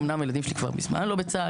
אמנם הילדים שלי כבר מזמן לא בצה"ל,